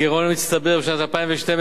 הגירעון המצטבר של שנת 2012,